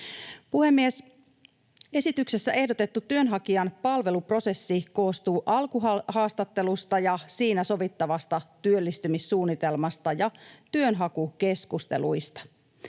Puhemies! Esityksessä ehdotettu työnhakijan palveluprosessi koostuu alkuhaastattelusta ja siinä sovittavasta työllistymissuunnitelmasta ja työnhakukeskusteluista.